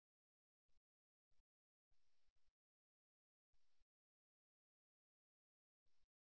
யாரோ ஒருவர் குறுக்கு கால்களில் அமர்ந்திருந்தாலும் கால் நிலைகள் வெளிப்படுத்துகின்றன